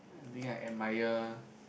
being an admire